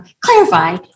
clarify